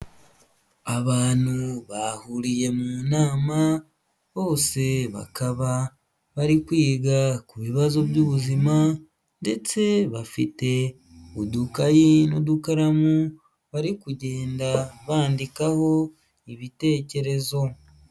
Abantu bahuriye mu nama, bose bakaba bari kwiga ku bibazo by'ubuzima ndetse bafite udukayi n'udukaramu, bari kugenda bandikaho ibitekerezo.